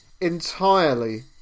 entirely